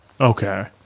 Okay